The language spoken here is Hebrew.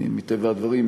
מטבע הדברים,